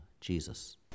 Jesus